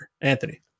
Anthony